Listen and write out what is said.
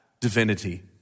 divinity